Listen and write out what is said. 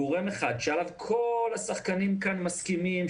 גורם אחד שעליו כל השחקנים כאן מסכימים,